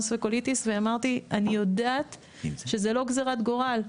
וקוליטיס ואמרתי: אני יודעת שזו לא גזירת גורל,